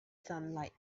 sunlight